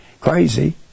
crazy